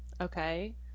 okay